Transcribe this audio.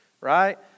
right